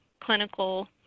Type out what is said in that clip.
clinical